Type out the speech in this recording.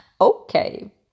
okay